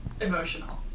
emotional